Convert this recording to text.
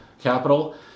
capital